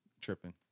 Tripping